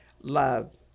Love